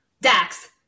Dax